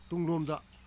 ꯇꯨꯡꯂꯣꯝꯗ